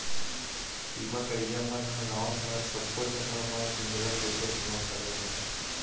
बीमा करइया मन ह गाँव सहर सब्बो जगा म गिंजरत रहिथे बीमा करब बर